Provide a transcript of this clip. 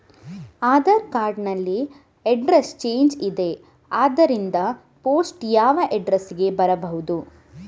Aadhaar card ನಲ್ಲಿ address change ಇದೆ ಆದ್ದರಿಂದ ಪೋಸ್ಟ್ ಯಾವ ಅಡ್ರೆಸ್ ಗೆ ಬರಬಹುದು?